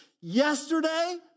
yesterday